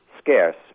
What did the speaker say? scarce